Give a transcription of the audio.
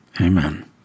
Amen